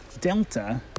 Delta